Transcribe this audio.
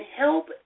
help